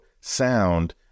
sound